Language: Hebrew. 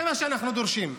זה מה שאנחנו דורשים.